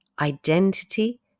identity